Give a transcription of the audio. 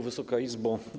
Wysoka Izbo!